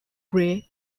grey